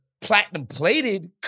platinum-plated